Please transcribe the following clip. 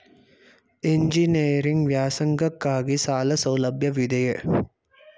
Engineering ವ್ಯಾಸಂಗಕ್ಕಾಗಿ ಸಾಲ ಸೌಲಭ್ಯವಿದೆಯೇ?